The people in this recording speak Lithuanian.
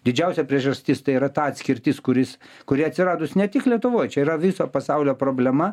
didžiausia priežastis tai yra ta atskirtis kuris kuri atsiradus ne tik lietuvoj čia yra viso pasaulio problema